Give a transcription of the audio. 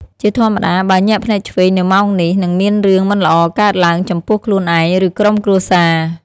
ជាធម្មតាបើ ញាក់ភ្នែកឆ្វេងនៅម៉ោងនេះ នឹងមានរឿងមិនល្អកើតឡើងចំពោះខ្លួនឯង ឬក្រុមគ្រួសារ។